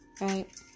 Right